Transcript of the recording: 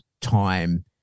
time